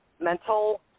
mental